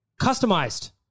customized